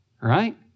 right